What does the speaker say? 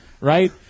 right